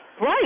Right